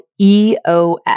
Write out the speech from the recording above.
EOS